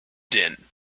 din